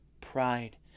pride